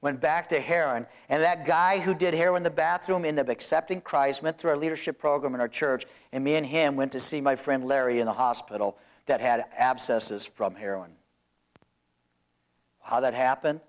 went back to heroin and that guy who did here when the bathroom in of except in christ went through a leadership program in our church and man him went to see my friend larry in the hospital that had abscesses from here on how that happen